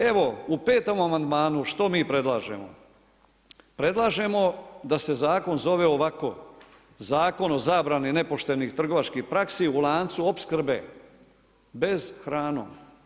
Evo u 5. amandmanu što mi predlažemo, predlažemo da se zakon zove ovako zakon o zabrani nepoštenih trgovačkih praksi u lancu opskrbe bez hranom.